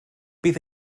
bydd